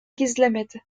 gizlemedi